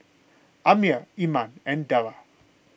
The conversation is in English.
Ammir Iman and Dara